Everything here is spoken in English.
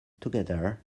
together